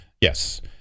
Yes